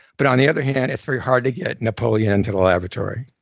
but on the other hand, it's very hard to get napoleon to the laboratory